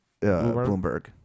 bloomberg